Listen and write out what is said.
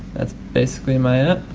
that's basically my app.